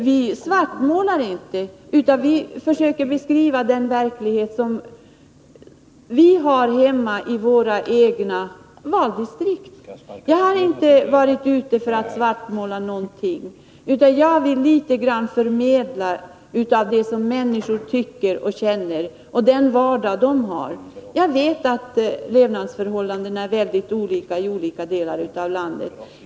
Vi svartmålar inte, utan vi försöker beskriva den verklighet som vi har inom våra egna valdistrikt. Jag har inte varit ute för att svartmåla, utan jag har velat förmedla vad människor tycker och känner, förmedla litet av deras vardag. Jag vet att levnadsförhållandena varierar mycket i olika delar av landet.